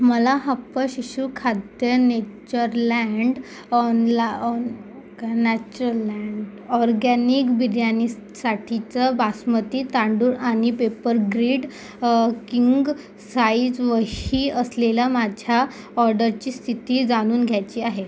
मला हप्पा शिशु खाद्य नेचरलँट ऑनला ऑनगॅनॅचरलँट ऑरगॅनिग बिर्यानीसाठीचा बासमती तांदूळ आणि पेपरग्रिड किंग साइज वही असलेला माझ्या ऑड्डंची स्थिती जाणून घ्यायची आहे